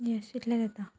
येस इतलें जाता